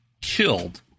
killed